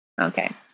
Okay